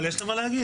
יש לה מה להגיד.